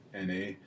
NA